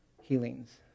Healings